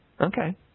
Okay